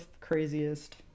craziest